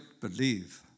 believe